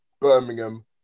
Birmingham